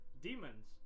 Demons